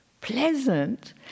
Pleasant